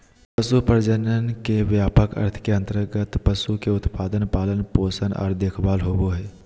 पशु प्रजनन के व्यापक अर्थ के अंतर्गत पशु के उत्पादन, पालन पोषण आर देखभाल होबई हई